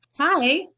Hi